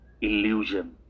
illusion